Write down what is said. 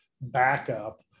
backup